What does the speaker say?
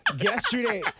Yesterday